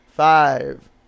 Five